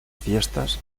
fiestas